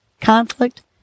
conflict